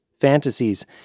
fantasies